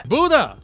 Buddha